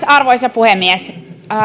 arvoisa puhemies